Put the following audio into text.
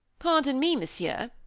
pardon me, monsieur,